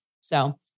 So-